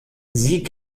sie